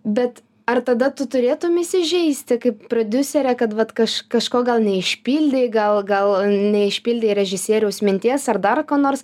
bet ar tada tu turėtum įsižeisti kaip prodiuserė kad vat kaž kažko gal neišpildei gal gal neišpildei režisieriaus minties ar dar ko nors